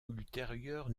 ultérieure